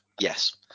yes